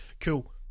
cool